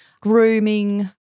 grooming